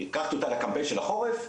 לקחתי אותה לקמפיין של החורף,